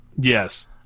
yes